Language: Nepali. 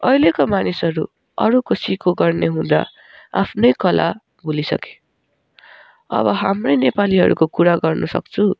अहिलेको मानिसहरू अरूको सिको गर्ने हुँदा आफ्नै कला भुलिसके अब हाम्रै नेपालीहरूको कुरा गर्नुसक्छु